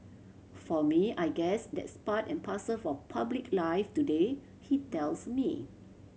for me I guess that's part and parcel of public life today he tells me